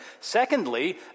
secondly